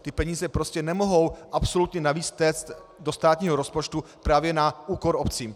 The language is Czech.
Ty peníze prostě nemohou absolutně navíc téct do státního rozpočtu právě na úkor obcí.